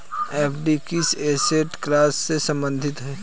FD किस asset class से संबंधित है?